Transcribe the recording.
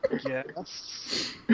Yes